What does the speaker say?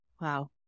Wow